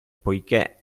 poichè